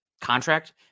contract